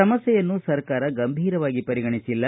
ಸಮಸ್ಥೆಯನ್ನು ಸರ್ಕಾರ ಗಂಭೀರವಾಗಿ ಪರಿಗಣಿಸಿಲ್ಲ